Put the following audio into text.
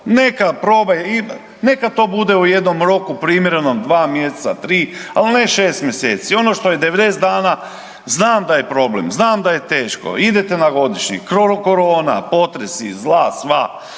neka to bude u jednom roku primjerenom 2. mjeseca, 3, al ne 6 mjeseci. Ono što je 90 dana znam da je problem, znam da je teško idete na godišnji, korona, potresi, zla sva